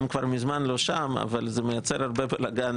הם כבר מזמן לא שם אבל זה מייצר הרבה בלגן